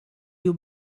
you